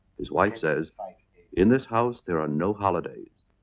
his wife says in this house there are no holidays.